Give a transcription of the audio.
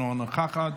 אינה נוכחת,